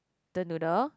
the noodle